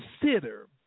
consider